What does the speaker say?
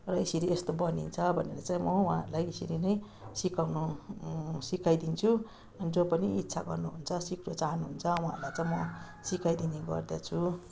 र यसरी यस्तो बनिन्छ भनेर चाहिँम उहाँहरूलाई यसरी नै सिकाउन सिकाइदिन्छु अनि जो पनि इच्छा गर्नुहुन्छ सिक्नु चाहनुहुन्छ उहाँहरूलाई चाहिँ म सिकाइदिने गर्दछु